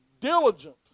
diligent